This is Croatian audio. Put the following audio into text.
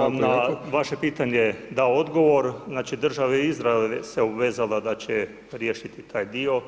Ja sam na vaše pitanje dao odgovor, znači država Izrael se obvezala da će riješiti taj dio,